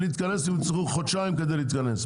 להתכנס הם יצטרכו חודשיים כדי להתכנס.